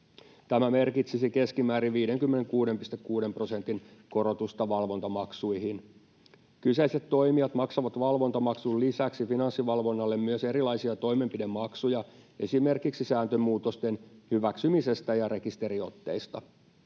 Tämä merkitsisi keskimäärin 56,6 prosentin korotusta valvontamaksuihin. Kyseiset toimijat maksavat valvontamaksun lisäksi Finanssivalvonnalle myös erilaisia toimenpidemaksuja, esimerkiksi sääntömuutosten hyväksymisestä ja rekisteriotteista.